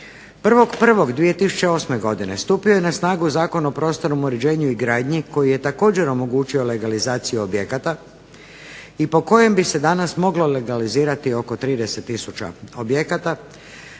1.1.2008. godine stupio je na snagu Zakon o prostornom uređenju i gradnji koji je također omogućio legalizaciju objekata i po kojem bi se danas moglo legalizirati oko 30 tisuća objekata.